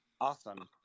awesome